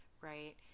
right